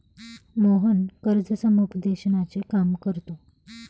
मोहन कर्ज समुपदेशनाचे काम करतो